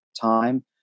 time